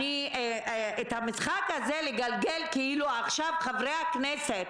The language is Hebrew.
את המשחק הזה לגלגל כאילו עכשיו חברי הכנסת